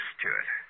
Stewart